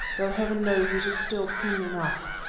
though heaven knows it is still keen enough.